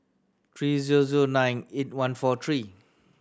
three zero zero nine eight one four three